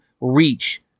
reach